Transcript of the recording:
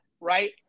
right